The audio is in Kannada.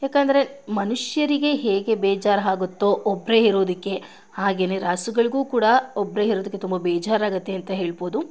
ಏಕೆಂದ್ರೆ ಮನುಷ್ಯರಿಗೆ ಹೇಗೆ ಬೇಜಾರು ಆಗುತ್ತೋ ಒಬ್ಬರೇ ಇರೋದಕ್ಕೆ ಹಾಗೆಯೇ ರಾಸುಗಳಿಗೂ ಕೂಡ ಒಬ್ಬರೇ ಇರೋದಕ್ಕೆ ತುಂಬ ಬೇಜಾರಾಗುತ್ತೆ ಅಂತ ಹೇಳ್ಬೋದು